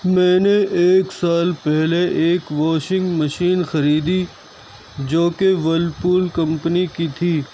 میں نے ایک سال پہلے ایک واشنگ مشین خریدی جو کہ ورلپول کمپنی کی تھی